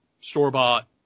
store-bought